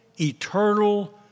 eternal